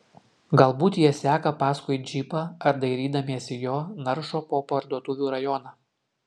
galbūt jie seka paskui džipą ar dairydamiesi jo naršo po parduotuvių rajoną